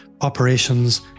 operations